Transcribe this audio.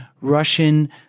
Russian